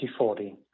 2040